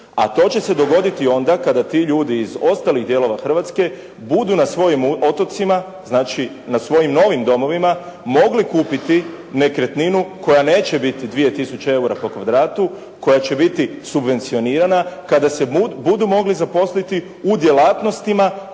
A to će se dogoditi onda kada ti ljudi iz ostalih dijelova Hrvatske budu na svojim otocima, znači na svojim novim domovima mogu kupiti nekretninu koja neće biti 2000 eura po kvadratu, koja će biti subvencionirana kada se budu mogli zaposliti u djelatnostima